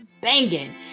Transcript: banging